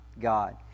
God